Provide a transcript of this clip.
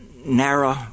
Narrow